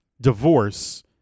divorce